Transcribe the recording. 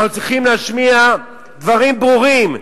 אנחנו צריכים להשמיע דברים ברורים,